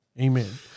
Amen